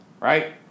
Right